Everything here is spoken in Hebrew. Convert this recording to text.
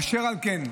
אשר על כן,